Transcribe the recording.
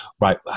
right